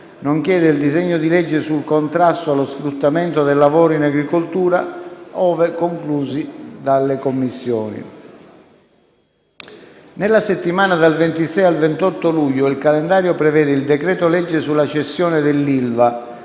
nonché del disegno di legge sul contrasto allo sfruttamento del lavoro in agricoltura, ove conclusi dalle Commissioni. Nella settimana dal 26 al 28 luglio il calendario prevede il decreto-legge sulla cessione dell'ILVA,